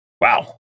Wow